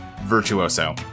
Virtuoso